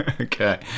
okay